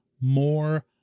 more